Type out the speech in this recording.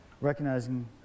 recognizing